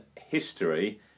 history